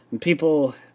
people